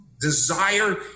desire